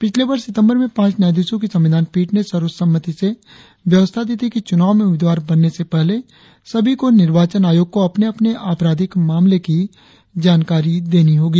पिछले वर्ष सितम्बर में पांच न्यायाधीशों की संविधान पीठ ने सर्वसम्मति से व्यवस्था दी थी कि चुनाव में उम्मीदवार बनने से पहले सभी को निर्वाचन आयोग को अपने अपने आपराधिक मामलों की जानकारी देनी होंगी